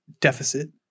deficit